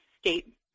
state